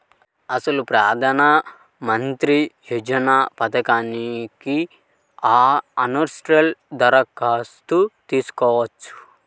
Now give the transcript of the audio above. అసలు ప్రధాన మంత్రి యోజన పథకానికి ఆన్లైన్లో దరఖాస్తు చేసుకోవచ్చా?